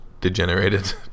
degenerated